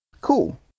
Cool